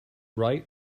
right